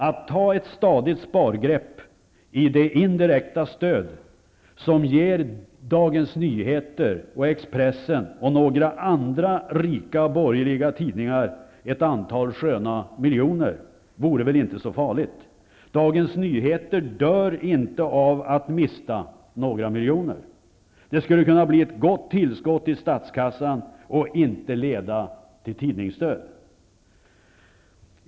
Att ta ett stadigt spargrepp i det indirekta stöd som ger Dagens Nyheter, Expressen och några andra rika borgerliga tidningar ett antal sköna miljoner vore väl inte så farligt. Dagens Nyheter dör inte av att mista några miljoner. Det skulle kunna bli ett gott tillskott i statskassan, samtidigt som det inte leder till tidningsdöd.